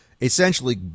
essentially